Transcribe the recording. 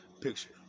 picture